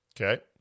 Okay